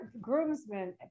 groomsmen